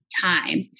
time